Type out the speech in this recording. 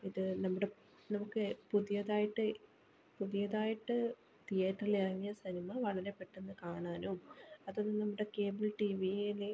ഇത് നമ്മുടെ നമുക്ക് പുതിയതായിട്ട് പുതിയതായിട്ട് തീയേറ്ററിൽ ഇറങ്ങിയ സിനിമ വളരെ പെട്ടെന്ന് കാണാനും അത് നമ്മുടെ കേബിൾ ടീവിയിൽ